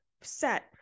set